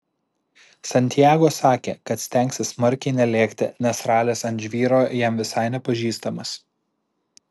santiago sakė kad stengsis smarkiai nelėkti nes ralis ant žvyro jam visai nepažįstamas